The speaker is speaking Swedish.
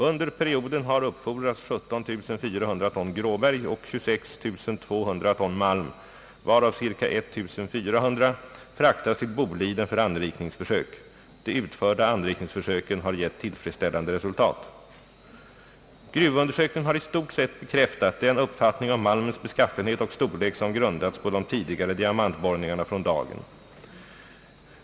Under perioden har uppfordrats 17 400 ton gråberg och 26 200 ton malm, varav ca 1400 fraktats till Boliden för anrikningsförsök. De utförda anrikningsförsöken har gett tillfredsställande resultat. Gruvundersökningen har i stort sett bekräftat den uppfattning om malmens beskaffenhet och storlek som grundats på de tidigare diamantborrningarna från dagen.